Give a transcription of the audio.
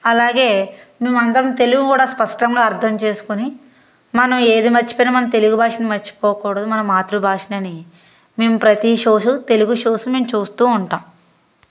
అలాగే మేమందరం తెలుగు కూడా స్పష్టంగా అర్థం చేసుకొని మనం ఏది మర్చిపోయిన మన తెలుగు భాషను మర్చిపోకూడదు మనం మాతృభాషనని మేం ప్రతి షోస్ తెలుగు షోస్ మేము చూస్తూ ఉంటాం